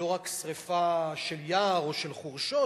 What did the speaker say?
לא רק שרפה של יער או של חורשות,